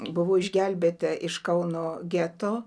buvau išgelbėta iš kauno geto